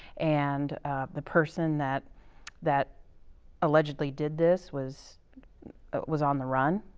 and the person that that allegedly did this was was on the run.